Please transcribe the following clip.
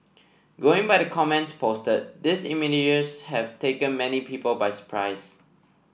going by the comments posted these have taken many people by surprise